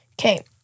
Okay